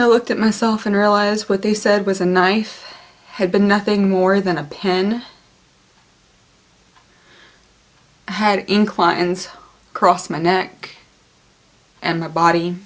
i looked at myself and realise what they said was a knife had been nothing more than a pen had inclines crossed my neck and my body